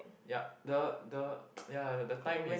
ya the the ya the time is